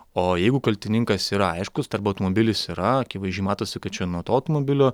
o jeigu kaltininkas yra aiškus tarba automobilis yra akivaizdžiai matosi kad čia nuo to automobilio